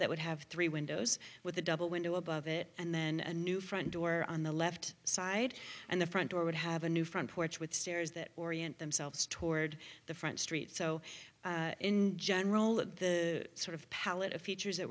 that would have three windows with a double window above it and then a new front door on the left side and the front door would have a new front porch with stairs that orient themselves toward the front street so in general the sort of palette of features that